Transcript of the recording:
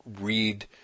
read –